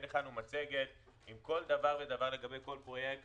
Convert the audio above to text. הכנו מצגת עם כל דבר ודבר לגבי כל פרויקט,